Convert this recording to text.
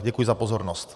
Děkuji za pozornost.